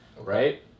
Right